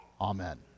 Amen